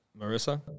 Marissa